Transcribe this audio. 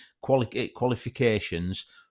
qualifications